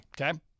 Okay